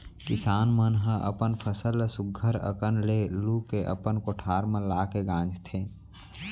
किसान मन ह अपन फसल ल सुग्घर अकन ले लू के अपन कोठार म लाके गांजथें